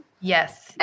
Yes